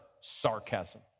sarcasm